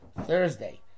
Thursday